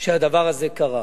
שהדבר הזה קרה.